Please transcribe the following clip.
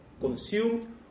consumed